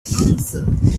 answered